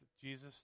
Jesus